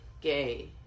gay